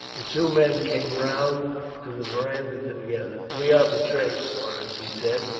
the two men came round to the verandah together. we are betrayed, porus, he said,